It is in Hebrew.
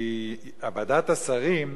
כי ועדת השרים,